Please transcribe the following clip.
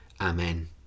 Amen